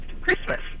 Christmas